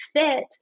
fit